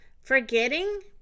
Forgetting